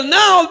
now